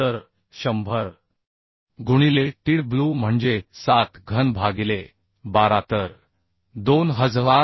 तर 100 गुणिले Tw म्हणजे 7 घन भागिले 12 तर 2858